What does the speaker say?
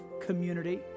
community